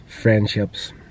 friendships